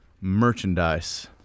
merchandise